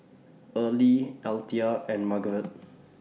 Earlie Althea and Margeret